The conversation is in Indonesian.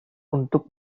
untuk